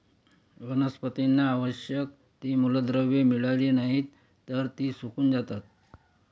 वनस्पतींना आवश्यक ती मूलद्रव्ये मिळाली नाहीत, तर ती सुकून जातात